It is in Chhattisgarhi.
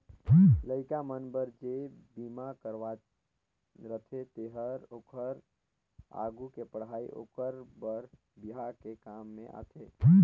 लइका मन बर जे बिमा करवाये रथें तेहर ओखर आघु के पढ़ई ओखर बर बिहा के काम में आथे